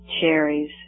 cherries